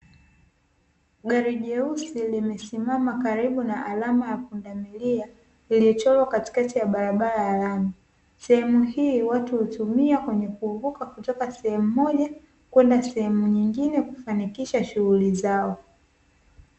Gari jeusi limesimama karibu na alama ya pundamilia iliyochorwa katikati ya barabara ya lami, sehemu hii watu hutumia kwenye kuvuka kutoka sehemu moja kwenda sehemu nyingine kufanikisha shughuli zao.